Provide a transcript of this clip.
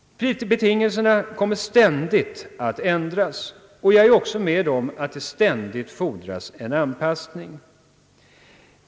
Betingelserna kommer ständigt att ändras, det kommer ständigt att fordras en anpassning.